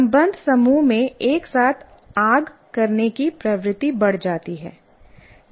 संबद्ध समूह में एक साथ आग करने की प्रवृत्ति बढ़ जाती है